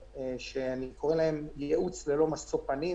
שאני קורא להם ייעוץ ללא משוא פנים.